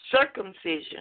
circumcision